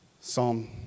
Psalm